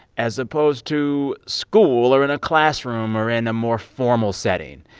as opposed to school or in a classroom or in a more formal setting.